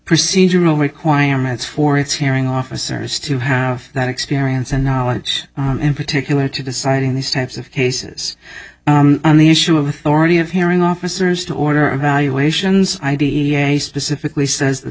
procedural requirements for its hearing officers to have that experience and knowledge in particular to decide in these types of cases on the issue of authority of hearing officers to order a valuations i d e a specifically says that